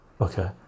okay